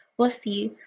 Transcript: we'll see